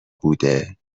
بوده